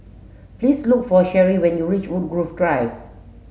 please look for Sherrie when you reach Woodgrove Drive